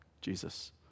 Jesus